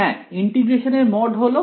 হ্যাঁ ইন্টিগ্রেশনের মড হল